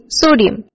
sodium